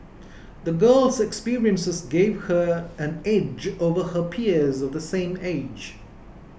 the girl's experiences gave her an edge over her peers of the same age